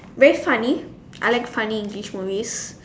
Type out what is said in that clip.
very funny I like funny English movies